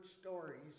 stories